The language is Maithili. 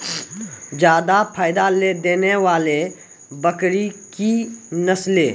जादा फायदा देने वाले बकरी की नसले?